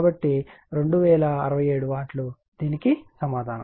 కాబట్టి 2067 వాట్ దీనికి సమాధానం